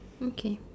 okay